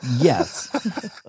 Yes